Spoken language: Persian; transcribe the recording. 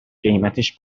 قیمتش